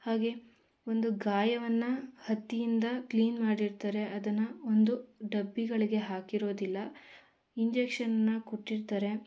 ಹಾಗೇ ಒಂದು ಗಾಯವನ್ನು ಹತ್ತಿಯಿಂದ ಕ್ಲೀನ್ ಮಾಡಿರ್ತಾರೆ ಅದನ್ನು ಒಂದು ಡಬ್ಬಿಗಳಿಗೆ ಹಾಕಿರೋದಿಲ್ಲ ಇಂಜೆಕ್ಷನನ್ನ ಕೊಟ್ಟಿರ್ತಾರೆ